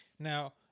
Now